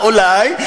אולי,